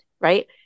right